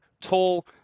Tall